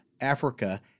Africa